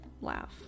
laugh